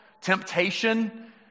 temptation